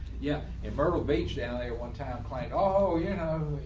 yeah, in myrtle beach down a one time client. oh, yeah. no,